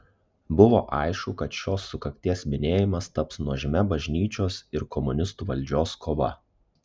buvo aišku kad šios sukakties minėjimas taps nuožmia bažnyčios ir komunistų valdžios kova